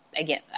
again